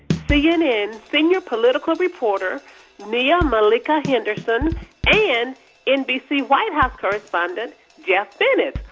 cnn's senior political reporter nia-malika henderson and nbc white house correspondent geoff bennett.